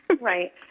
Right